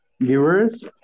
viewers